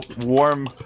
warm